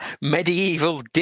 Medieval